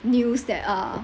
news that uh